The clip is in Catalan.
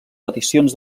peticions